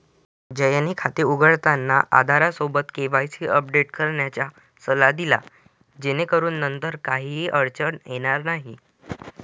जयने खाते उघडताना आधारसोबत केवायसी अपडेट करण्याचा सल्ला दिला जेणेकरून नंतर कोणतीही अडचण येणार नाही